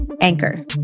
Anchor